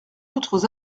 autres